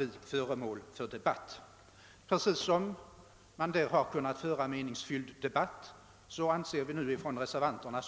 Och vi reservanter anser att när man då har kunnat föra en meningsfylld debatt, så bör vi också kunna göra det i detta